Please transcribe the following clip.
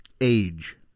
Age